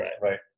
right